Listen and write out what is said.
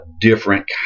different